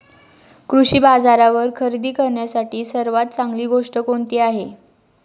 कृषी बाजारावर खरेदी करण्यासाठी सर्वात चांगली गोष्ट कोणती आहे?